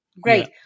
great